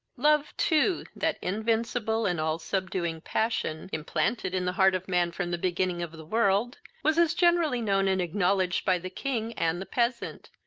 love too, that invincible and all-subduing passion, implanted in the heart of man from the beginning of the world, was as generally known and acknowledged by the king and the peasant,